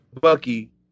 Bucky